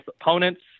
opponents